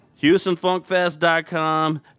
HoustonFunkFest.com